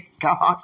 God